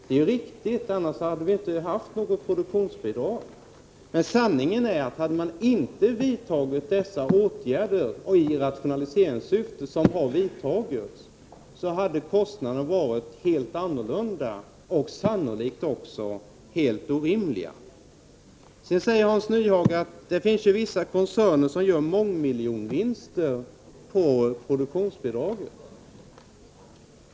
Det är riktigt; annars hade vi inte haft något produktionsbidrag. Men sanningen är att hade man inte vidtagit de åtgärder i rationaliseringssyfte som har vidtagits, hade kostnaderna varit helt andra och sannolikt också helt orimliga. Hans Nyhage säger att vissa koncerner gör mångmiljonvinster på produk — Prot. 1985/86:105 tionsbidraget.